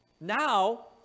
Now